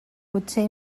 potser